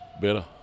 better